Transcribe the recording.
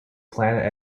planet